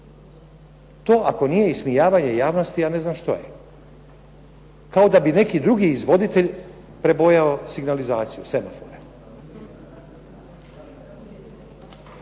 To ako nije ismijavanje javnosti ja ne znam što je. Kao da bi neki drugi izvoditelj prebojao signalizaciju, semafore.